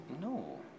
No